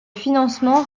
financement